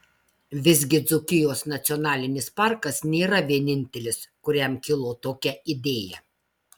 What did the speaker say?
visgi dzūkijos nacionalinis parkas nėra vienintelis kuriam kilo tokia idėja